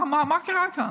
מה קרה כאן?